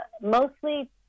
mostly